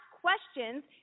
questions